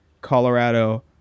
Colorado